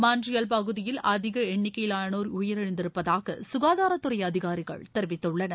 Montreal பகுதியில் அதிக எண்ணிக்கையிலாளோர் உயிரிழந்திருப்பதாக சுகாதாரத்துறை அதிகாரிகள் தெரிவித்துள்ளனர்